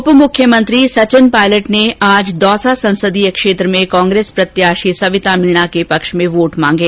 उप मुख्यमंत्री सचिन पायलट ने आज दौसा संसदीय क्षेत्र में कांग्रेस प्रत्याशी सविता मीणा के पक्ष में वोट मांगे